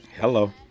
Hello